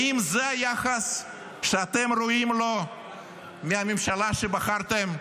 האם זה היחס שאתם ראויים לו מהממשלה שבחרתם?